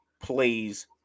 plays